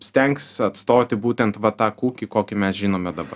stengsis atstoti būtent va tą kukį kokį mes žinome dabar